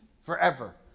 forever